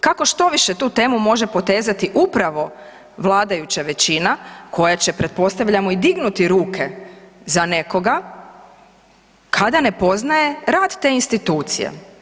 Kako štoviše tu temu može potezati upravo vladajuća većina koja će pretpostavljamo i dignuti ruke za nekoga kada ne poznaje rad te institucije?